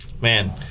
man